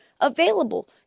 available